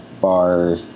bar